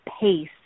pace